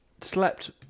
slept